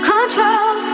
Control